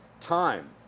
Time